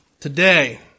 Today